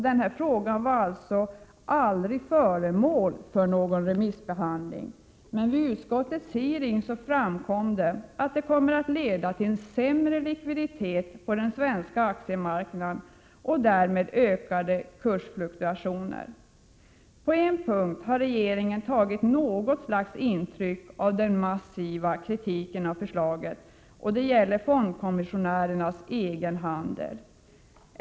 Denna fråga var alltså aldrig föremål för någon remissbehandling. Men vid utskottets hearing framkom att detta kommer att leda till en sämre likviditet på den svenska aktiemarknaden och därmed ökande kursfluktuationer. På en punkt har regeringen tagit något slags intryck av den massiva kritiken av förslaget. Det gäller fondkommissionärernas egen handel.